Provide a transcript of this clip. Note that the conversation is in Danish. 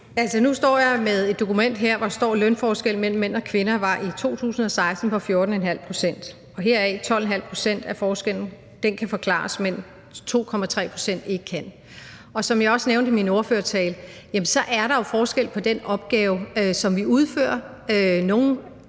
nu står jeg med et dokument her, hvor der står, at lønforskellen mellem mænd og kvinder i 2016 var på 14½ pct., og heraf kan de 12½ pct. af forskellen forklares, mens 2,3 pct. ikke kan. Og som jeg også nævnte i min ordførertale, er der jo forskel på den opgave, som vi udfører –